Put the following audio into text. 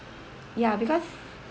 ya because